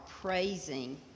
praising